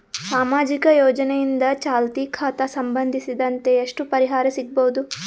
ಸಾಮಾಜಿಕ ಯೋಜನೆಯಿಂದ ಚಾಲತಿ ಖಾತಾ ಸಂಬಂಧಿಸಿದಂತೆ ಎಷ್ಟು ಪರಿಹಾರ ಸಿಗಬಹುದು?